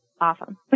awesome